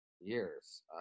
years